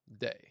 day